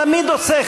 תמיד עושה,